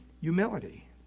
humility